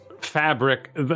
fabric